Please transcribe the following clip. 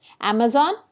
Amazon